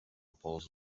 pols